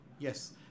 Yes